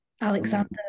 Alexander